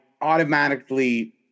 automatically